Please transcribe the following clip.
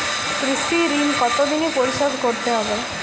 কৃষি ঋণ কতোদিনে পরিশোধ করতে হবে?